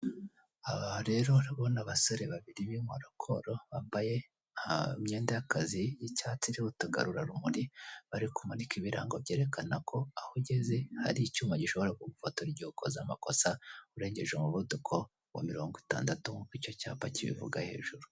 Aha rero urabona abasore babiri b'inkorokoro bambaye imyenda y'akazi y'icyatsi iriho utugarurarumuri, bari kumunika ibirango byerekana ko aho ugeze hari icyuma gishobora kugufoto igihe ukoze amakosa, urengeje umuvuduko wa mirongo itandatu nk'uko icyo cyapa kibivuga hejuru.